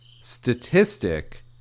statistic